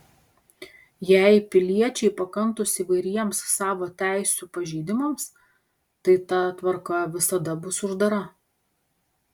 jei piliečiai pakantūs įvairiems savo teisių pažeidimams tai ta tvarka visada bus uždara